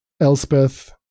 Elspeth